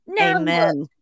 amen